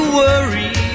worry